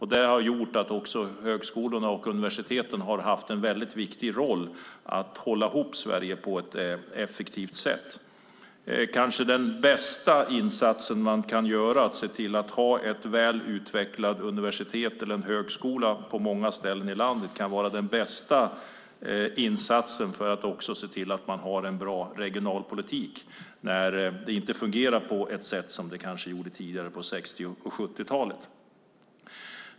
Högskolorna och universiteten har haft en viktig roll i att hålla ihop Sverige på ett effektivt sätt. Kanske den bästa insats man kan göra är att se till att ha ett väl utvecklat universitet eller en högskola på många ställen i landet. Det kan vara den bästa insatsen för att också se till att man har en bra regionalpolitik när det inte fungerar på det sätt som det gjorde tidigare på 60 och 70-talet.